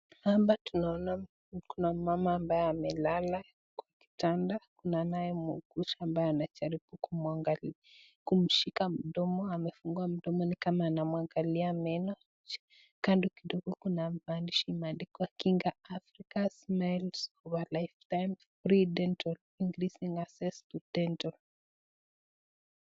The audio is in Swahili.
Hapa tunaona kuna mama ambaye amelala kwa kitanda kuna anaye muguzi ambaye anajaribu kumwangalia kumshika mdomo amefungua mdomo ni kama anamwangalia meno. kando kidogo kuna maandishi yameandikwa Kinga Africa smile for a lifetime free dental increasing access to dental .